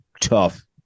tough